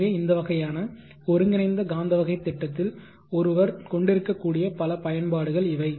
எனவே இந்த வகையான ஒருங்கிணைந்த காந்த வகை திட்டத்தில் ஒருவர் கொண்டிருக்கக்கூடிய பல பயன்பாடுகள் இவை